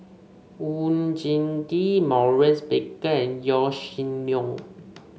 Oon Jin Gee Maurice Baker and Yaw Shin Leong